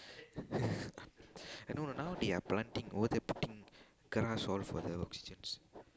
I know now they are planting over there putting grass all for the oxygen